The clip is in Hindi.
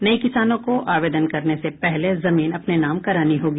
नये किसानों को आवेदन करने से पहले जमीन अपने नाम करानी होगी